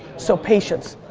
so patience.